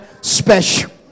special